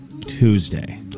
Tuesday